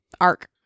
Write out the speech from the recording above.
arc